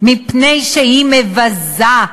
מפני שהיא מבזה את עצמה.